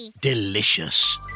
Delicious